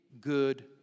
good